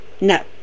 no